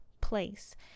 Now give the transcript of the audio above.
Place